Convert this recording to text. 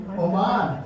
Oman